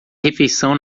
refeição